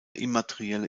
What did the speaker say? immaterielle